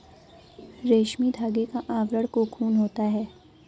रेशमी धागे का आवरण कोकून होता है